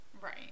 right